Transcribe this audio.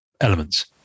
elements